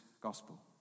gospel